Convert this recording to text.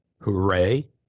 Hooray